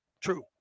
True